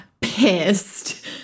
pissed